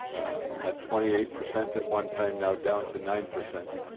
ah, at twenty-eight percent at one time, now down to nine percent.